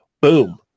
Boom